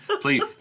please